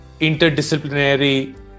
interdisciplinary